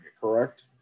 correct